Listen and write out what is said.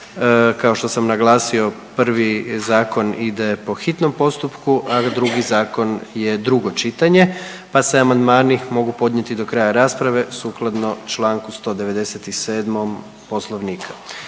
Kao što sam naglasio prvi zakon ide po hitnom postupku, a drugi zakon je drugo čitanje pa se amandmani mogu podnijeti do kraja rasprave sukladno čl. 197. Poslovnika.